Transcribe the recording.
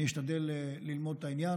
אני אשתדל ללמוד את העניין.